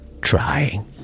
Trying